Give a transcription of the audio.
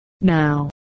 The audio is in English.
Now